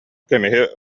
көмүһү